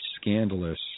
scandalous